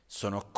sono